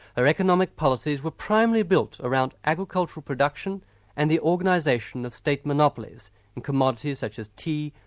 her economic policies were primarily built around agricultural production and the organisation of state monopolies in commodities such as tea,